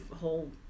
whole